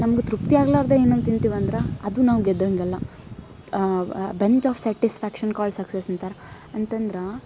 ನಮ್ಗೆ ತೃಪ್ತಿ ಆಗಲಾರ್ದೆ ಏನೇನು ತಿಂತೀವಂದ್ರೆ ಅದು ನಾವು ಗೆದ್ದಂತಲ್ಲ bunch of satisfaction called success ಅಂತಾರೆ ಅಂತಂದ್ರೆ